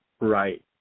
right